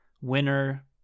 Winner